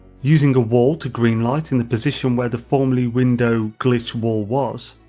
using a wall to greenlight in the position where the formerly window glitch wall was,